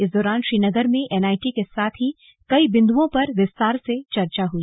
इस दौरान श्रीनगर में एनआईटी के साथ ही कई बिंदुओं पर विस्तार से चर्चा हुई